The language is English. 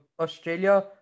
australia